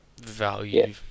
value